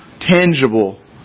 tangible